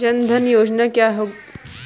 जनधन योजना क्या है?